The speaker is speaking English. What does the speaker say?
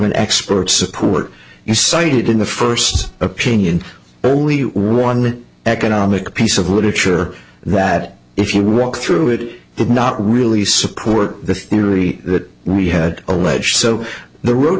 an expert support you cited in the first opinion only one economic piece of literature that if you walk through it would not really support the theory that we had alleged so the road